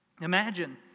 Imagine